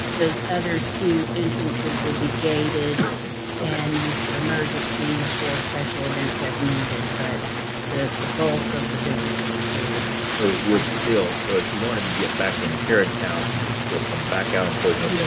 those other two entrances would be gated and used for emergencies or special events as needed, but the the bulk of the business of the school would occur. so, it would still so, if you wanted to get back into carriage house, you could and and still come back out on poison yeah